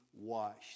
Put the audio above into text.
washed